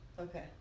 Okay